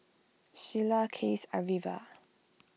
Shyla Case Arvilla